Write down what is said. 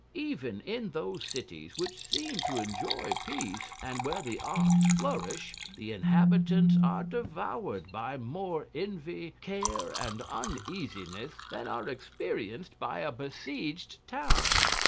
even in those cities which seem to enjoy peace, and where the arts flourish, the inhabitants are devoured by more envy, care, and uneasiness than are experienced by a besieged town.